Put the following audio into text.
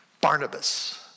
Barnabas